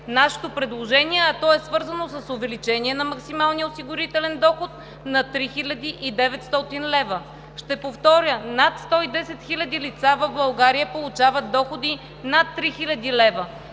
нашето предложение, а то е свързано с увеличение на максималния осигурителен доход на 3900 лв. Ще повторя, че над 110 хиляди лица в България получават доходи над 3000 лв.